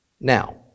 Now